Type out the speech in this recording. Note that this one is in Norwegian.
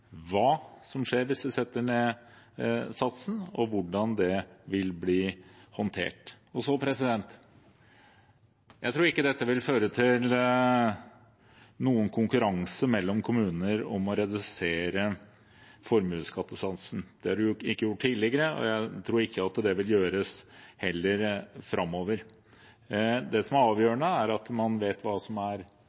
hva som skjer hvis de setter ned satsen, og hvordan det vil bli håndtert. Og så: Jeg tror ikke dette vil føre til noen konkurranse mellom kommuner om å redusere formuesskattesatsen. Det er ikke gjort tidligere, og jeg tror ikke at det vil gjøres framover heller. Det som er avgjørende, er at man vet hva som er